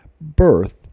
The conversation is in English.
birth